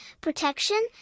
protection